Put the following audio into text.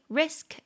risk